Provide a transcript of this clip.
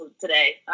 today